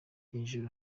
hejuru